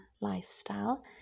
lifestyle